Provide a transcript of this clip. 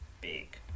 big